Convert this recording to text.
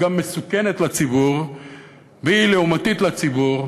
היא גם מסוכנת לציבור והיא לעומתית לציבור,